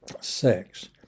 sex